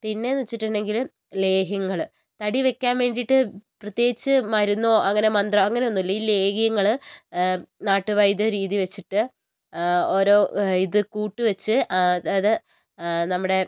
പിന്നേന്ന് വെച്ചിട്ടുണ്ടെങ്കിൽ ലേഹ്യങ്ങൾ തടി വെക്കാൻ വേണ്ടീട്ട് പ്രത്യേകിച്ച് മരുന്നോ അങ്ങനെ മന്ത്രോ അങ്ങനെയൊന്നുമില്ല ഈ ലേഹ്യങ്ങൾ ഹേം നാട്ട് വൈദ്യ രീതി വെച്ചിട്ട് ഓരോ ഇത് കൂട്ടി വെച്ച് അതായത് നമ്മുടെ